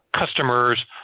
customers